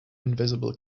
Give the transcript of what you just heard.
invisible